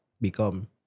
become